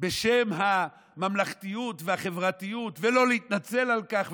בשם הממלכתיות והחברתיות ולא להתנצל על כך,